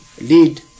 lead